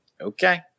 okay